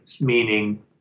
meaning